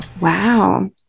Wow